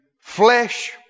flesh